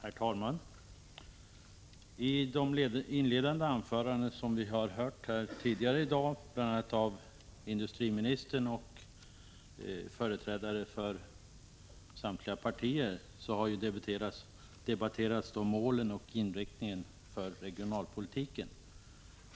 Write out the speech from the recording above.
Herr talman! I de inledande anföranden som vi har hört tidigare i dag har industriministern och företrädare för samtliga partier debatterat målen och inriktningen för regionalpolitiken.